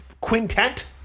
quintet